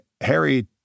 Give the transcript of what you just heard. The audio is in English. Harry